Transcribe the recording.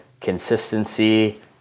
consistency